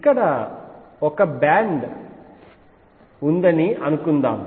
ఇక్కడ ఒక బ్యాండ్ ఉందని అనుకుందాం